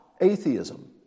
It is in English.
atheism